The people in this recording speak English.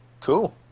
cool